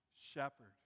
shepherd